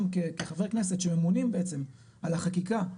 כחברי כנסת שממונים בעצם על החקיקה,